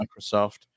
Microsoft